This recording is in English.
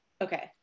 Okay